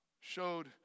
showed